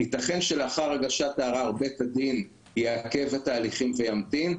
ייתכן שלאחר הגשת הערר בית הדין יעכב את ההליכים וימתין,